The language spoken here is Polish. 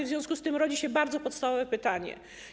W związku z tym rodzi się bardzo podstawowe pytanie.